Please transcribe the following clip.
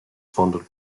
funded